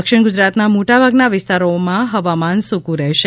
દક્ષિણ ગુજરાતના મોટાભાગના વિસ્તારોમાં હવામાન સુક્ર રહેશે